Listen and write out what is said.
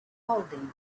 holding